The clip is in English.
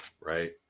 right